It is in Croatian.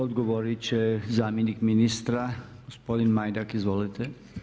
Odgovorit će zamjenik ministra gospodin Majdak, izvolite.